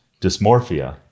dysmorphia